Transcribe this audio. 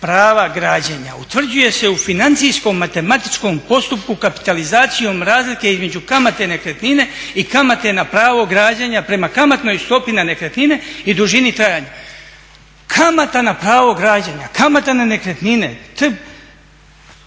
prava građenja utvrđuje se u financijsko-matematičkom postupku kapitalizacijom razlike između kamate nekretnine i kamate na pravo građenja prema kamatnoj stopi na nekretnine i dužini trajanja. Kamata na pravo građenja, kamata na nekretnine, to